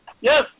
yes